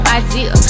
idea